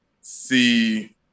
see